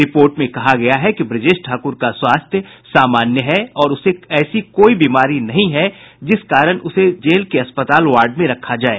report में कहा गया है कि ब्रजेश ठाकुर का स्वास्थ्य सामान्य है और उसे ऐसी कोई बीमारी नहीं है जिस कारण उसे जेल के अस्पताल वार्ड में रखा जाये